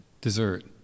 dessert